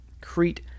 Crete